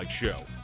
show